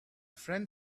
friend